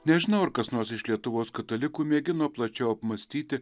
nežinau ar kas nors iš lietuvos katalikų mėgino plačiau apmąstyti